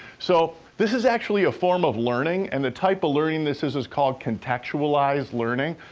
so, this is actually a form of learning, and the type of learning this is is called contextualized learning.